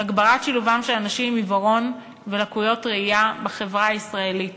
הגברת שילובם של אנשים עם עיוורון ולקויות ראייה בחברה הישראלית.